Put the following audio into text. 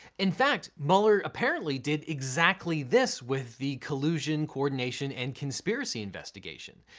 in fact, mueller apparently did exactly this with the collusion, coordination, and conspiracy investigation,